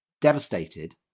devastated